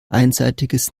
einseitiges